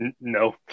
No